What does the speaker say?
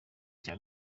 cya